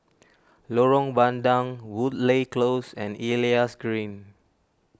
Lorong Bandang Woodleigh Close and Elias Green